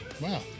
Wow